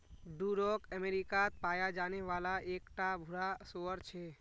Duroc अमेरिकात पाया जाने वाला एक टा भूरा सूअर छे